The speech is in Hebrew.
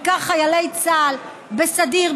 בעיקר חיילי צה"ל בסדיר,